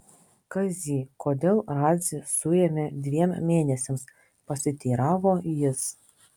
kazy kodėl radzį suėmė dviem mėnesiams pasiteiravo jis